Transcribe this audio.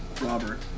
Robert